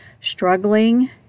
struggling